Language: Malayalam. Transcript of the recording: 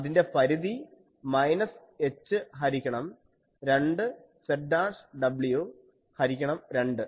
അതിൻറെ പരിധി മൈനസ് h ഹരിക്കണം 2 z w ഹരിക്കണം 2